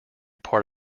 part